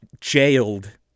jailed